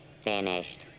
finished